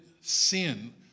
sin